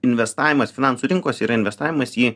investavimas finansų rinkose yra investavimas į